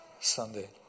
Sunday